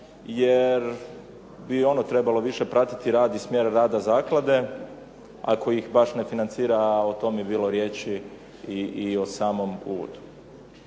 jer bi ono trebalo više pratiti rad i smjer rada zaklade ako ih baš ne financira, a o tome je bilo riječi i u samom uvodu.